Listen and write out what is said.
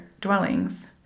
dwellings